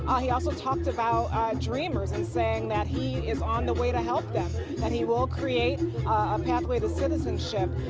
he also talked about dreamers and saying that he is on the way to help them and he will create a pathway to citizenship.